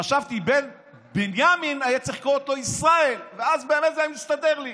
חשבתי שבמקום בנימין היה צריך לקרוא לו ישראל ואז באמת זה היה מסתדר לי.